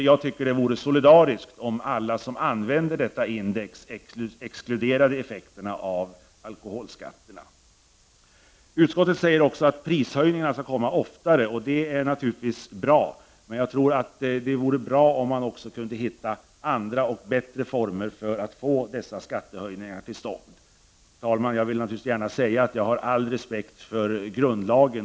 Det vore solidariskt om alla som använde konsumentprisindex exkluderade effekterna av alkoholskatterna. Utskottet säger att prishöjningarna skall komma oftare, vilket naturligtvis är bra. Men det vore bra om man också kunde finna andra och bättre former för att få till stånd dessa skattehöjningar. Herr talman! Jag vill gärna säga att jag har all respekt för grundlagen.